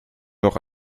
noch